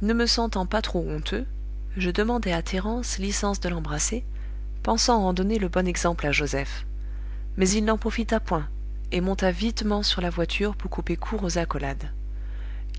ne me sentant pas trop honteux je demandai à thérence licence de l'embrasser pensant en donner le bon exemple à joseph mais il n'en profita point et monta vitement sur la voiture pour couper court aux accolades